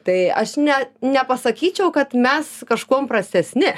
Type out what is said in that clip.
tai aš net nepasakyčiau kad mes kažkuom prastesni